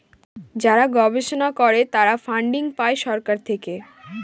যারা গবেষণা করে তারা ফান্ডিং পাই সরকার থেকে